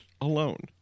alone